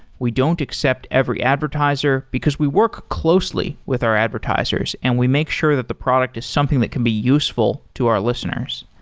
we don't accept every advertiser, because we work closely with our advertisers and we make sure that the product is something that can be useful to our listeners.